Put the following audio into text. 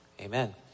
amen